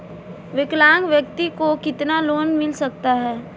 विकलांग व्यक्ति को कितना लोंन मिल सकता है?